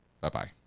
Bye-bye